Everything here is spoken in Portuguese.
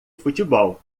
futebol